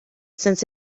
since